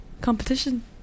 competition